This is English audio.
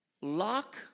lock